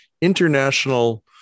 international